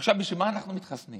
עכשיו, בשביל מה אנחנו מתחסנים?